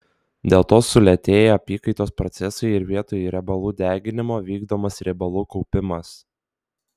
dėl to sulėtėja apykaitos procesai ir vietoj riebalų deginimo vykdomas riebalų kaupimas